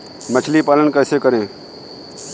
मछली पालन कैसे करें?